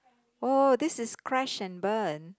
oh this is crash and burn